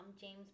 James